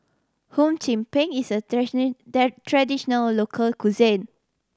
Hum Chim Peng is a raditional local cuisine